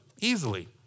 easily